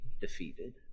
defeated